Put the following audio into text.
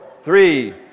three